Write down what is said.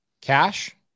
Cash